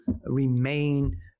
remain